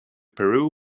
peru